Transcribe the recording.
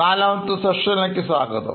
നാലാമത്തെ session ലേക്ക് സ്വാഗതം